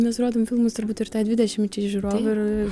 mes rodom filmus turbūt ir tai dvidešimčiai žiūrovų ir